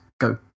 Go